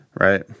Right